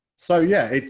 so yeah,